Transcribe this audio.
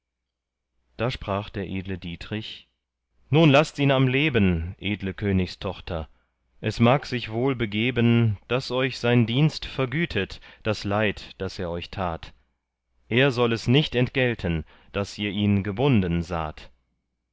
da sprach der edle dietrich nun laßt ihn am leben edle königstochter es mag sich wohl begeben daß euch sein dienst vergütet das leid das er euch tat er soll es nicht entgelten daß ihr ihn gebunden saht